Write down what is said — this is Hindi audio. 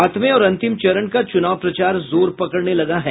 सातवें और अंतिम चरण का चूनाव प्रचार जोर पकड़ने लगा है